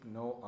no